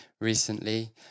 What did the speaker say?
recently